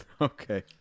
Okay